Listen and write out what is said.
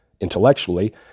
intellectually